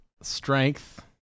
Strength